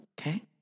Okay